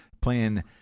Playing